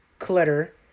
clutter